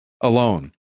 alone